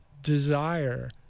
desire